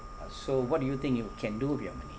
uh so what do you think you can do with your money